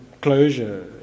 closure